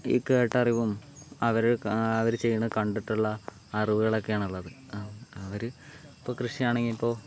ഈ കേട്ടറിവും അവർ അവർ ചെയ്യണ കണ്ടിട്ടുള്ള അറിവുകളൊക്കെയാണുള്ളത് അവർ ഇപ്പം കൃഷിയാണെങ്കിൽ ഇപ്പോൾ